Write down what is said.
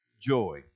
joy